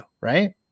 Right